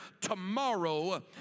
tomorrow